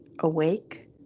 awake